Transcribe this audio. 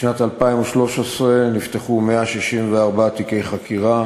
בשנת 2013 נפתחו 164 תיקי חקירה,